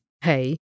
Hey